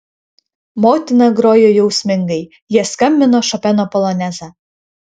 motina grojo jausmingai jie skambino šopeno polonezą